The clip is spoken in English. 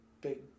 big